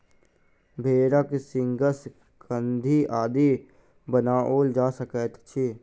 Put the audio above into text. भेंड़क सींगसँ कंघी आदि बनाओल जा सकैत अछि